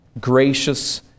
gracious